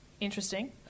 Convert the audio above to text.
Interesting